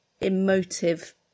emotive